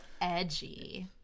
edgy